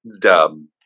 Dumb